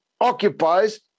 occupies